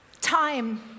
Time